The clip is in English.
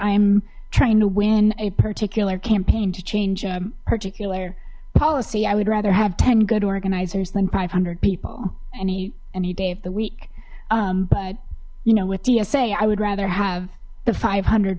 i'm trying to win a particular campaign to change a particular policy i would rather have ten good organizers than five hundred people any any day of the week but you know with tsa i would rather have the five hundred